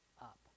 up